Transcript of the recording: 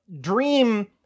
dream